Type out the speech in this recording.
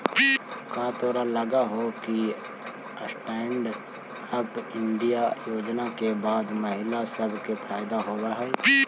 का तोरा लग हो कि स्टैन्ड अप इंडिया योजना के बाद से महिला सब के फयदा होलई हे?